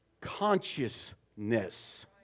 consciousness